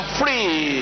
free